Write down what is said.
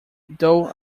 though